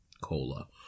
Cola